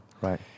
Right